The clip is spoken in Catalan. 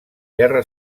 guerra